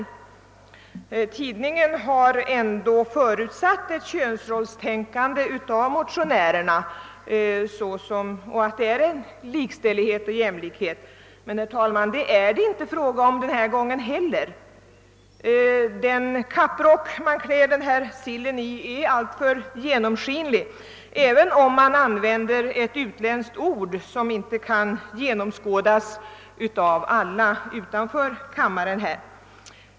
Författaren i damtidningen har ändå förutsatt ett könsrollstänkande av motionärerna och att det gäller likställighet och jämlikhet, men det är det inte [råga om denna gång heller. Den kapprock som motionärerna har klätt denna sill i är alltför genomskinlig, även om man använt ett utländskt ord som inte förstås av alla utanför denna kammare.